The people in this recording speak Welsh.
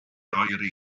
oeri